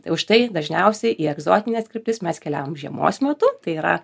tai užtai dažniausiai į egzotines kryptis mes keliavom žiemos metu tai yra